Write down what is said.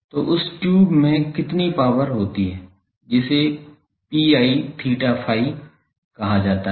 तो उस ट्यूब में कितनी पावर होती है जिसे P i theta phi कहा जाता है